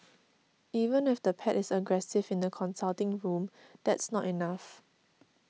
even if the pet is aggressive in the consulting room that's not enough